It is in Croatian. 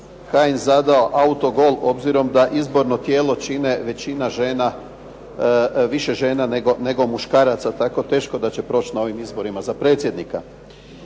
Kajin zadao autogol, obzirom da izborno tijelo čini više žena nego muškaraca. Tako da će teško proći na ovim izborima za predsjednika.